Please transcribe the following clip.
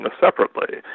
separately